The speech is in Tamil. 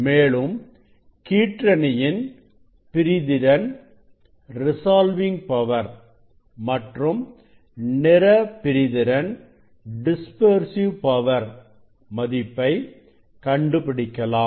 மேலும் கீற்றணியின் பிரிதிறன் மற்றும் நிறப்பிரிதிறன் மதிப்பை கண்டுபிடிக்கலாம்